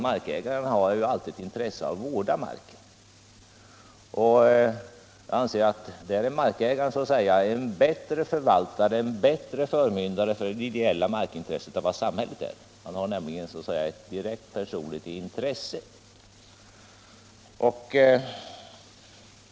Markägaren har ju alltid ett intresse av att vårda marken, och jag anser att han är en bättre förvaltare av det ideella markintresset än samhället. Han har nämligen ett direkt personligt intresse.